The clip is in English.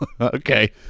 Okay